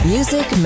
Music